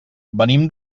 venim